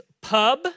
Pub